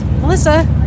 Melissa